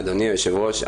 אדוני היושב-ראש,